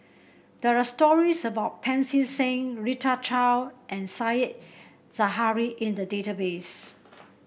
there are stories about Pancy Seng Rita Chao and Said Zahari in the database